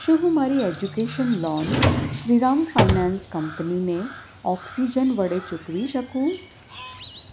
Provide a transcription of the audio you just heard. શું હું મારી એજ્યુકેશન લોન શ્રીરામ ફાઇનાન્સ કંપનીને ઓક્સિજન વડે ચૂકવી શકું